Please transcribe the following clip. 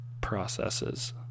processes